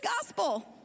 gospel